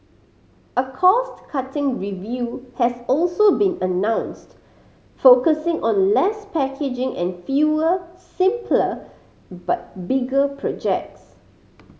a cost cutting review has also been announced focusing on less packaging and fewer simpler but bigger projects